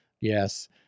Yes